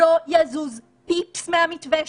אנחנו רוצים לבצע פיילוט בשלבים מוקדמים יותר ממה